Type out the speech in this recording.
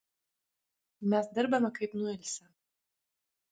mes dirbame kaip nuilsę